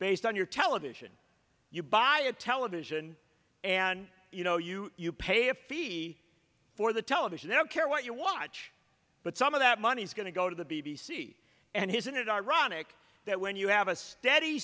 based on your television you buy a television and you know you you pay a fee for the television they don't care what you watch but some of that money is going to go to the b b c and here's in it ironic that when you have a steady